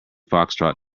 foxtrot